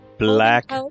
Black